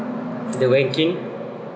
the ranking